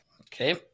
Okay